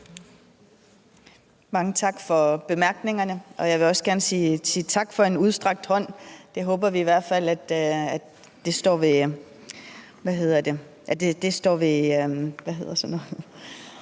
Mange tak for bemærkningerne, og jeg vil også gerne sige tak for en udstrakt hånd. Vi håber i hvert fald, at det står ved magt. I forhold til det, som statsministeren nævner,